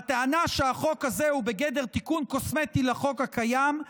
הטענה שהחוק הזה הוא בגדר תיקון קוסמטי לחוק הקיים,